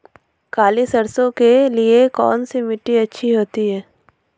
काली सरसो के लिए कौन सी मिट्टी अच्छी होती है?